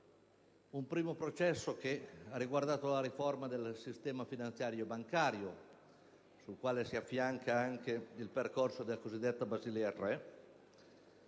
Un primo processo ha riguardato la riforma del sistema finanziario e bancario, al quale si affianca anche il percorso del cosiddetto accordo